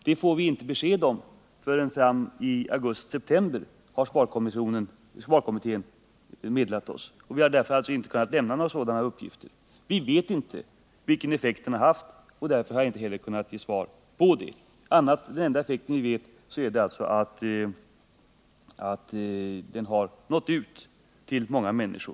Det får vi inte besked om förrän i augusti-september, har sparkommittén meddelat oss. Jag har därför inte kunnat lämna några sådana uppgifter. Vi vet inte vilken effekt kampanjen haft, och därför har jag inte heller kunnat ge svar på det. Men kampanjen har alltså nått ut till många människor.